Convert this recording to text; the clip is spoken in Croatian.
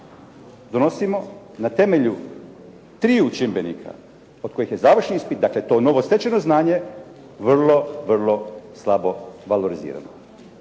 donosimo na temelju 3 čimbenika od kojih je završni ispit, dakle to novo stečeno znanje, vrlo, vrlo slabo valorizirano,